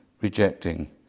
rejecting